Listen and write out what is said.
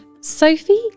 Sophie